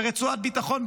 ורצועת הביטחון,